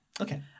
okay